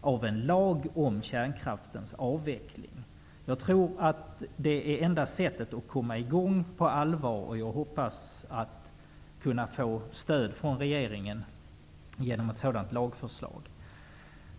av en lag om kärnkraftens avveckling. Jag tror att det är enda sättet att komma i gång på allvar, och jag hoppas kunna få stöd från regeringen genom ett förslag om en sådan lag.